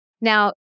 Now